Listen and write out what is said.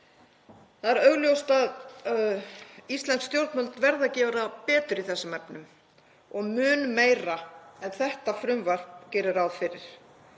Það er augljóst að íslensk stjórnvöld verða að gera betur í þessum efnum og mun meira en þetta frumvarp gerir ráð fyrir.